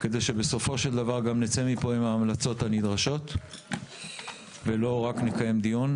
כדי שבסופו של גבר גם נצא מפה עם ההמלצות הנדרשות ולא רק נקיים דיון.